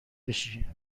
بشی